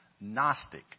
Gnostic